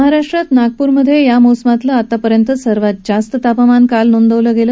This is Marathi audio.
महाराष्ट्रात नागपूरातलं या मोसमातलं आतापर्यंतचं सर्वात जास्त तापमान काल नोंदवलं गेलं